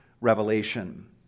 Revelation